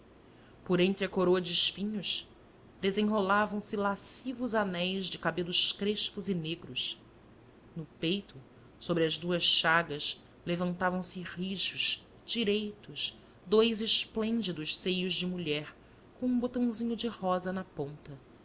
por entre a coroa de espinhos desenrolavam se lascivos anéis de cabelos crespos e negros no peito sobre as duas chagas levantavam se rijos direitos dous esplêndidos seios de mulher com um botãozinho de rosa na ponta